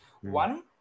One